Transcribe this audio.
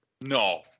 No